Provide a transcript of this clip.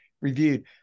reviewed